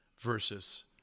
versus